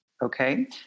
Okay